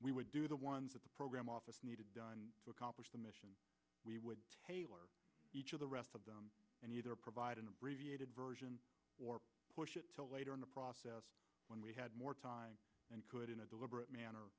we would do the ones that the program office needed done to accomplish the mission we would each of the rest of them and either provide an abbreviated version or push it later in the process when we had more time and could in a deliberate manner